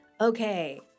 Okay